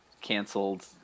canceled